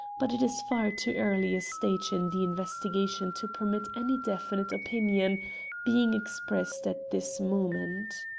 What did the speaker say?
but it is far too early a stage in the investigation to permit any definite opinion being expressed at this moment.